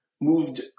moved